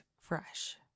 fresh